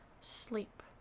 sleep